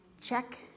check